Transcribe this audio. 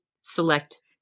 select